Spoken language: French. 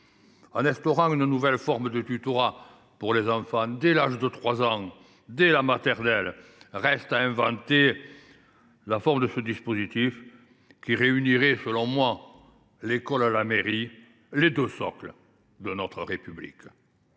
en instaurant une nouvelle forme de tutorat pour tous les enfants dès l’âge de 3 ans, dès l’école maternelle. Reste à inventer la forme de ce dispositif qui devrait, selon moi, réunir l’école et la mairie, ces deux socles de notre République.